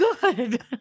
good